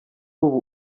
ubu